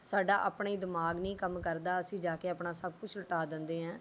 ਸਾਡਾ ਆਪਣਾ ਹੀ ਦਿਮਾਗ ਨਹੀਂ ਕੰਮ ਕਰਦਾ ਅਸੀਂ ਜਾ ਕੇ ਆਪਣਾ ਸਭ ਕੁਛ ਲੁਟਾ ਦਿੰਦੇ ਹੈ